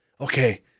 okay